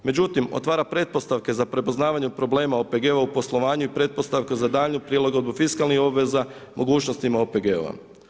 Međutim, otvara pretpostavke za prepoznavanje problema OPG-ova u poslovanju i pretpostavke za daljnju prilagodbu fiskalnih obveza, mogućnostima OPG-ova.